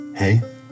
Hey